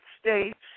States